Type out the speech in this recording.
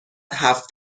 هفت